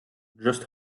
just